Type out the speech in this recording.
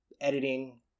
editing